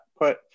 put